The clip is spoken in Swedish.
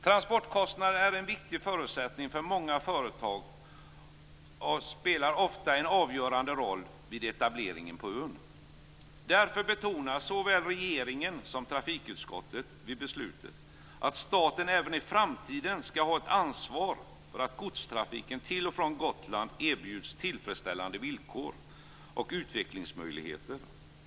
Transportkostnaderna är en viktig parameter för många företag och spelar ofta en avgörande roll vid etableringar på ön. Därför betonade såväl regeringen som trafikutskottet vid beslutet att staten även i framtiden skall ha ett ansvar för att godstrafiken till och från Gotland erbjuds tillfredsställande villkor och utvecklingsmöjligheter.